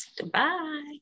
Goodbye